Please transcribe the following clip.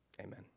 amen